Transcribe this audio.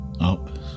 up